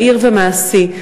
מהיר ומעשי.